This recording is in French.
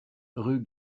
rue